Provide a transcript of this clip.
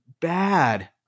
bad